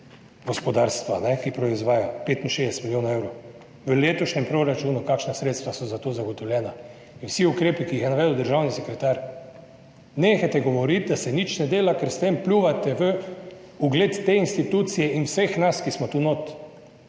gospodarstva, ki proizvaja, je namenjenih 65 milijonov evrov v letošnjem proračunu, kakšna sredstva so za to zagotovljena, in vsi ukrepi, ki jih je navedel državni sekretar. Nehajte govoriti, da se nič ne dela, ker s tem pljuvate v ugled te institucije in vseh nas, ki smo tu notri,